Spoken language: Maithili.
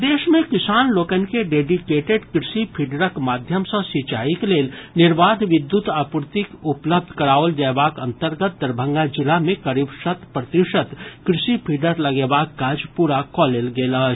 प्रदेश मे किसान लोकनि के डेडीकेटेड कृषि फीडरक माध्यम सँ सिंचाईक लेल निर्बाध विद्युत आपूर्ति उपलब्ध कराओल जयबाक अंतर्गत दरभंगा जिला मे करीब शत प्रतिशत कृषि फीडर लगेबाक काज पूरा कऽ लेल गेल अछि